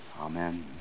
Amen